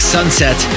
Sunset